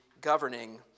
governing